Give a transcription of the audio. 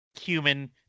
human